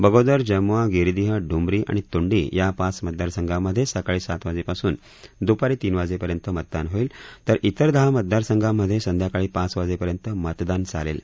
बगोदर जमुआ गिरीदिह डुमरी आणि तुंडी या पाच मतदारसंघांमधे सकाळी सात वाजल्यापासून द्पारी तीन वाजेपर्यंत मतदान होईल तर इतर दहा मतदारसंघांमधे संध्याकाळी पाच वाजेपर्यंत मतदान चालेल